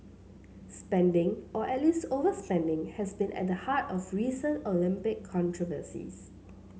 spending or at least overspending has been at the heart of recent Olympic controversies